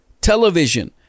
television